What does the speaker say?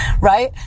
right